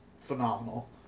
phenomenal